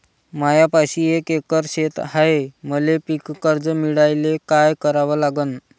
मायापाशी एक एकर शेत हाये, मले पीककर्ज मिळायले काय करावं लागन?